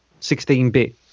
16-bit